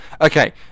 okay